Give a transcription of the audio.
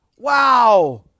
Wow